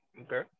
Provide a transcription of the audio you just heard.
Okay